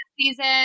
season